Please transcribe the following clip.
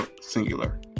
Singular